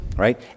Right